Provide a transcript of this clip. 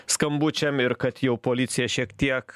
skambučiam ir kad jau policija šiek tiek